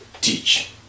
teach